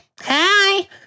hi